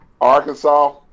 Arkansas